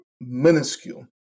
minuscule